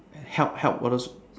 help help all those